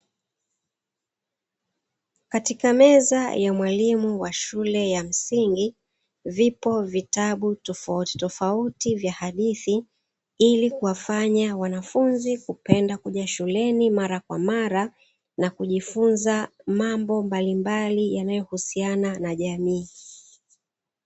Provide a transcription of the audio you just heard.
Katika meza ya mwalimu wa shule ya msingi vipo vitabu tofautitofauti vya hadithi, ilikuwafanya wanafunzi kuoenda kuja shuleni mara kwa mara na kujifunza mambo mbalimbali yanayohusiana na jamii.